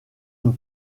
une